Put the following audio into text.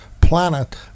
planet